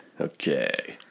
Okay